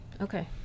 Okay